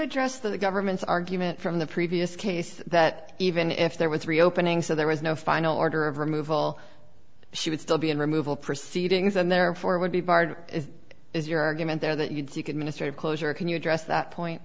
address the government's argument from the previous case that even if there were three openings so there was no final order of removal she would still be in removal proceedings and therefore would be barred as is your argument there that you do you can minister of closure can you address that point